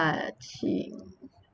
uh